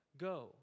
Go